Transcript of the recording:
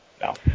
No